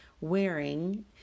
wearing